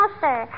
sir